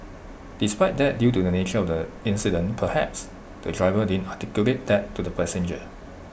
despite that due to the nature of the incident perhaps the driver didn't articulate that to the passenger